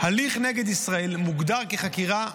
הליך נגד ישראל מוגדר כחקירה,